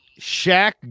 Shaq